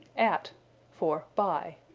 at for by.